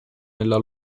nella